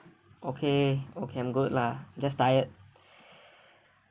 okay okay I'm good lah just tired